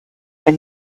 been